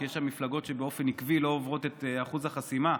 כי יש שם מפלגות שבאופן עקבי לא עוברות את אחוז החסימה,